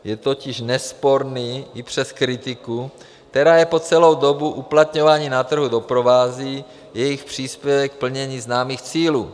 Je totiž nesporný i přes kritiku, která je po celou dobu uplatňování na trhu doprovází, jejich příspěvek k plnění známých cílů.